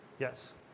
Yes